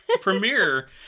premiere